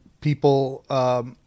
people –